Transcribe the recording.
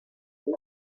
aux